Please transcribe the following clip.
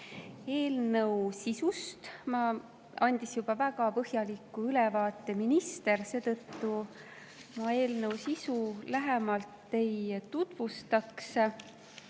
Eelnõu sisust andis juba väga põhjaliku ülevaate minister, seetõttu ma selle sisu lähemalt ei tutvusta.